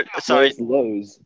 sorry